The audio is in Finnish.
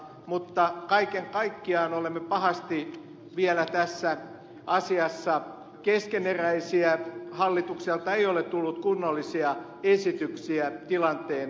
mutta kaiken kaikkiaan olemme pahasti vielä tässä asiassa keskeneräisiä hallitukselta ei ole tullut kunnollisia esityksiä tilanteen parantamiseksi